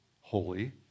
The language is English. holy